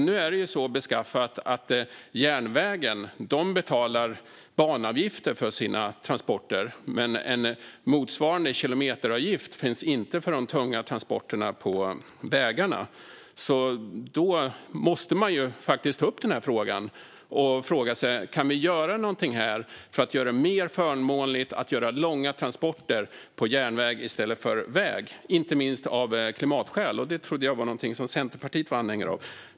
Nu är det så beskaffat att man betalar banavgift för transporter på järnväg medan motsvarande kilometeravgift inte finns för de tunga transporterna på väg. Då måste man faktiskt ställa sig frågan om man kan göra det mer förmånligt med långa transporter på järnväg i stället för på väg, inte minst av klimatskäl. Det trodde jag var någonting som Centerpartiet var anhängare av.